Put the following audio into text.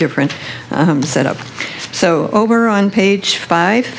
different set up so over on page five